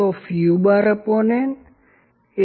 L u3un L